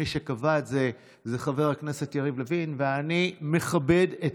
מי שקבע את זה הוא חבר הכנסת יריב לוין,